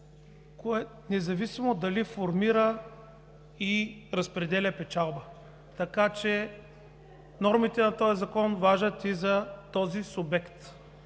лице, независимо дали формира и разпределя печалба. Така че нормите на този закон важат и за този субект